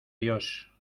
dios